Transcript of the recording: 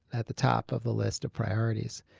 at the top of the list of priorities,